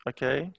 Okay